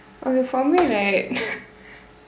okay for me right